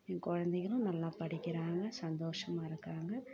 என் குழந்தைங்களும் நல்லா படிக்கிறாங்க சந்தோஷமாக இருக்கிறாங்க